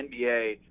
NBA